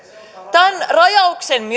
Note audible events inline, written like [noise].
tämän rajauksen [unintelligible]